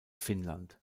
finnland